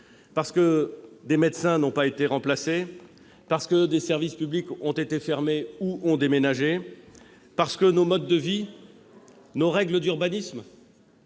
ou là, des médecins n'ont pas été remplacés ; ici ou là, des services publics ont été fermés ou ont déménagé. Enfin, nos modes de vie, nos règles d'urbanisme,